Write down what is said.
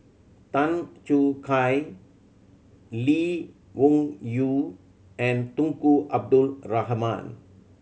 Tan Choo Kai Lee Wung Yew and Tunku Abdul Rahman